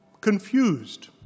confused